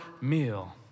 meal